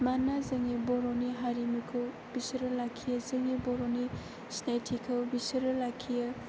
मानोना जोंनि बर'नि हारिमुखौ बिसोरो लाखियो जोंनि बर'नि सिनायथिखौ बिसोरो लाखियो